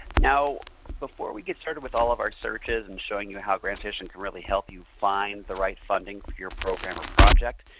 now before we get started with all of our searches and showing you how grantstation can really help you find the right funding for your program or project,